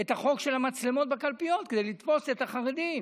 את החוק של המצלמות בקלפיות כדי לתפוס את החרדים.